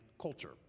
culture